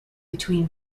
between